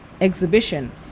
exhibition